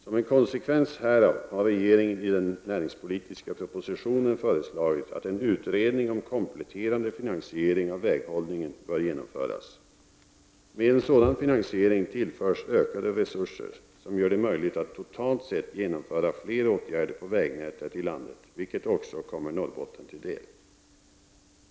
Som en konsekvens härav har regeringen i den näringspolitiska propositionen föreslagit att en utredning om kompletterande finansiering av väghållningen skall genomföras. Med en sådan finasiering tillförs ökade resurser som gör det möjligt att totalt sett genomföra fler åtgärder på vägnätet i landet, vilket också kommer Norrbotten till del.